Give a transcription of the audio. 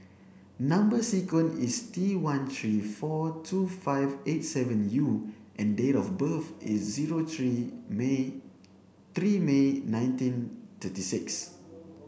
number sequence is T one three four two five eight seven U and date of birth is zero three May three May nineteen thirty six